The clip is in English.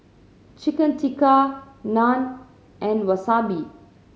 Chicken Tikka Naan and Wasabi